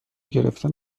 گرفتن